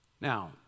Now